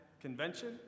convention